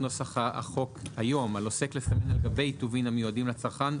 נוסח החוק היום: על עוסק לסמן על גבי טובין המיועדים לצרכן,